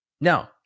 No